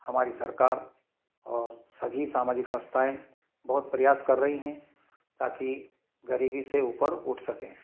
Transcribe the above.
हमारी सरकार और सभी सामाजिक संस्थाएँ बहुत प्रयास कर रही हैं ताकी गरीबी से ऊपर उठ सकें